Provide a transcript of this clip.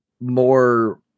more